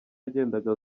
yagendaga